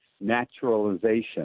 naturalization